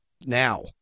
now